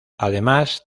además